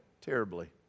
terribly